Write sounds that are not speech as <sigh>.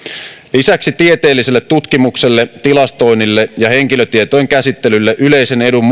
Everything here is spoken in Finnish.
lisäksi tieteelliselle tutkimukselle tilastoinnille ja henkilötietojen käsittelylle yleisen edun <unintelligible>